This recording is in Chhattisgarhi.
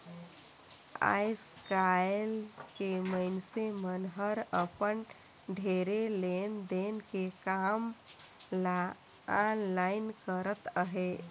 आएस काएल के मइनसे मन हर अपन ढेरे लेन देन के काम ल आनलाईन करत अहें